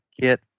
get